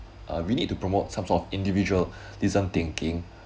uh we need to promote some sort of individualism thinking